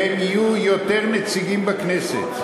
והם יהיו יותר נציגים בכנסת.